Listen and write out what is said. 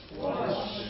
Watch